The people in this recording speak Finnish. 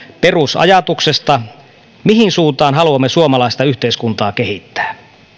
perusajatuksesta siitä mihin suuntaan haluamme suomalaista yhteiskuntaa kehittää